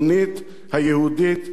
היהודית והדמוקרטית.